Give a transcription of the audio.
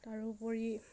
তাৰোপৰি